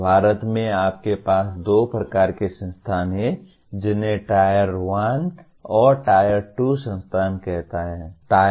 और भारत में आपके पास दो प्रकार के संस्थान हैं जिन्हें Tier 1 और Tier 2 संस्थान कहा जाता है